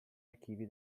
archivi